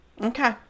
Okay